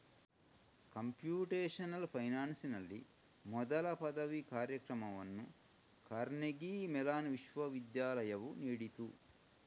computational ಫೈನಾನ್ಸಿನಲ್ಲಿ ಮೊದಲ ಪದವಿ ಕಾರ್ಯಕ್ರಮವನ್ನು ಕಾರ್ನೆಗೀ ಮೆಲಾನ್ ವಿಶ್ವವಿದ್ಯಾಲಯವು ನೀಡಿತು